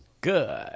good